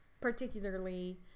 particularly